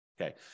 Okay